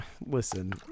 listen